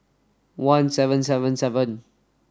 one seven seven seven